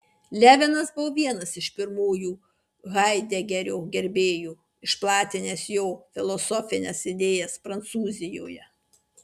levinas buvo vienas iš pirmųjų haidegerio gerbėjų išplatinęs jo filosofines idėjas prancūzijoje